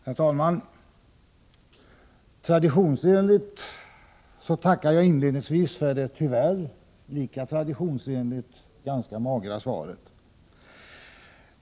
Herr talman! Traditionsenligt tackar jag inledningsvis för ett tyvärr lika traditionsenligt ganska magert svar.